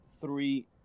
three